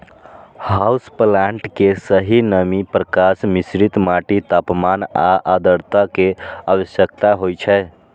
house plant कें सही नमी, प्रकाश, मिश्रित माटि, तापमान आ आद्रता के आवश्यकता होइ छै